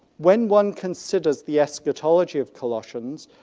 when one considers the eschatology of colossians,